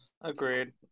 Agreed